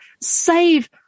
save